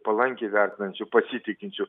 palankiai vertinančių pasitikinčių